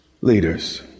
leaders